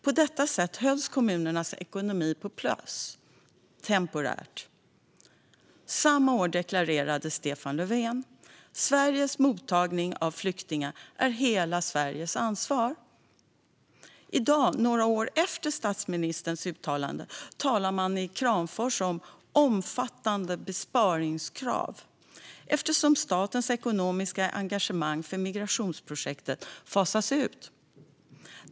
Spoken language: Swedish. På detta sätt hölls kommunernas ekonomi på plus, temporärt. Samma år deklarerade Stefan Löfven att Sveriges mottagning av flyktingar är hela Sveriges ansvar. I dag, några år efter statsministerns uttalande, talar man i Kramfors om omfattande besparingskrav eftersom statens ekonomiska engagemang för migrationsprojektet fasas ut.